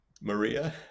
Maria